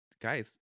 Guys